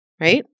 right